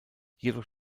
jedoch